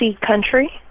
Country